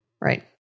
Right